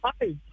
Hi